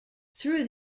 through